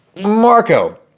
marco,